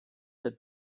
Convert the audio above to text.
had